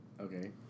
Okay